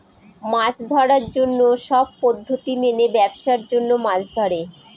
মাছ ধরার জন্য সব পদ্ধতি মেনে ব্যাবসার জন্য মাছ ধরে